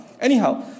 Anyhow